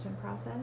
process